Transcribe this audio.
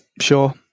sure